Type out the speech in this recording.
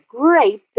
great